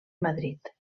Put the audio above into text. madrid